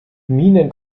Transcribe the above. minen